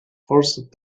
forced